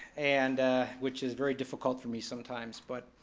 and which is very difficult for me sometimes, but,